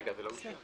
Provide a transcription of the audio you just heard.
רגע, זה לא אושר?